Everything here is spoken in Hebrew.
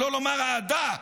שלא לומר אהדה,